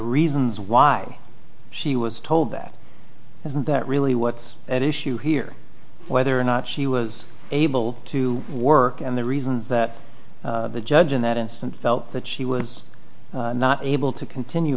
reasons why she was told that that really what's at issue here whether or not she was able to work and the reason that the judge in that instance felt that she was not able to continue